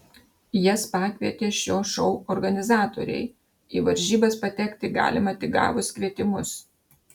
jas pakvietė šio šou organizatoriai į varžybas patekti galima tik gavus kvietimus